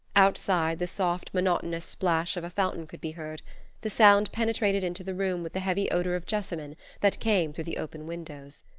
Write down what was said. outside the soft, monotonous splash of a fountain could be heard the sound penetrated into the room with the heavy odor of jessamine that came through the open windows.